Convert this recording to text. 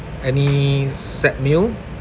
any set meal